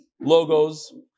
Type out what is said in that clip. logos